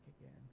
again